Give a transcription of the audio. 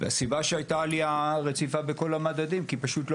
הסיבה שהייתה עלייה בכל המדדים היא פשוט כי